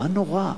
מה נורא?